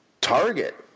target